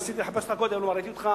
ניסיתי לחפש אותך קודם ולא ראיתי אותך.